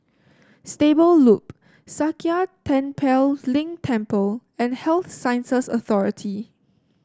Stable Loop Sakya Tenphel Ling Temple and Health Sciences Authority